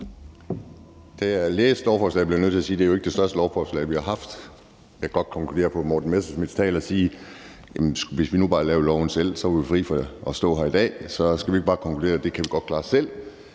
Det er jo ikke det største lovforslag, vi har haft, bliver jeg nødt til at sige. Jeg kan godt konkludere på Morten Messerschmidts tale og sige, at hvis vi nu bare lavede loven selv, var vi fri for at stå her i dag. Så skal vi ikke bare konkludere, at det kan vi godt klare selv?